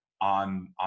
on